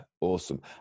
awesome